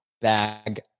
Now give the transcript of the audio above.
bag